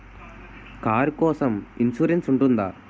Car కోసం insurance ఉంటుందా?